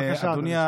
בבקשה, אדוני.